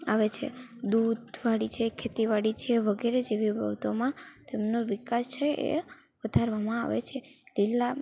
આવે છે દૂધવાળી છે ખેતીવાડી છે વગેરે જેવી બાબતોમાં તેમનો વિકાસ છે એ વધારવામાં આવે છે તેમના